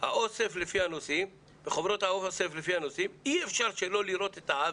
האוסף לפי הנושאים, אי אפשר שלא לראות את העוול.